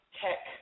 tech